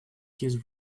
his